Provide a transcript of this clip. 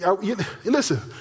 Listen